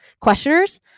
Questioners